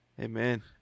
amen